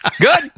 Good